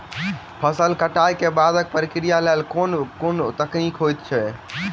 फसल कटाई केँ बादक प्रक्रिया लेल केँ कुन तकनीकी होइत अछि?